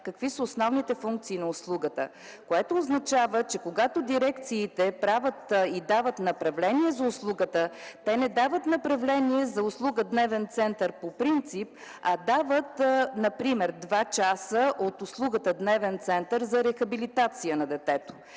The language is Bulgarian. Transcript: какви са основните функции на услугата. Което означава, че когато дирекциите дават направление за услугата, те не дават направление за услуга „Дневен център” по принцип, а дават например: 2 часа от услугата „Дневен център” за рехабилитация на детето;